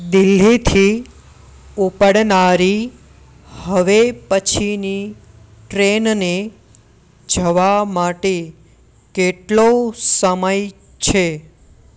દિલ્હીથી ઊપડનારી હવે પછીની ટ્રેનને જવા માટે કેટલો સમય છે